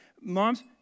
Moms